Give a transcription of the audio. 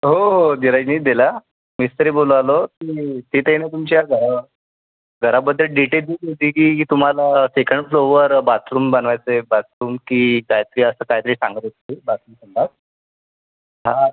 हो हो धीरजनीच दिला मिस्त्री बोलू राहिलो ते तिथे ना तुमच्या घ घराबद्दल की तुम्हाला सेकंड फ्लोवर बाथरूम बनावायचं आहे बाथरूम की काहीतरी असं काहीतरी सांगत होते ते बाथरूम संडास हां